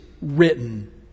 written